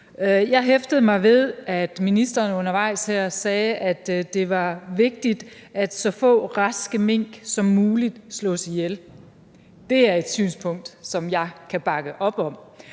Jeg hæftede mig ved, at ministeren undervejs her sagde, at det var vigtigt, at så få raske mink som muligt slås ihjel. Det er et synspunkt, som jeg kan bakke op om,